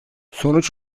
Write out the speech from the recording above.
sonuç